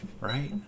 Right